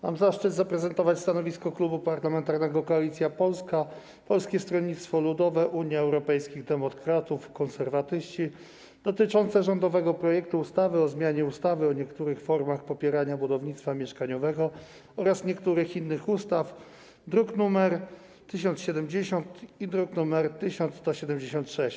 Mam zaszczyt zaprezentować stanowisko Klubu Parlamentarnego Koalicja Polska - Polskie Stronnictwo Ludowe, Unia Europejskich Demokratów, Konserwatyści dotyczące rządowego projektu ustawy o zmianie ustawy o niektórych formach popierania budownictwa mieszkaniowego oraz niektórych innych ustaw, druki nr 1070 i 1176.